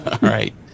right